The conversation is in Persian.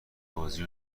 بازی